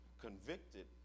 convicted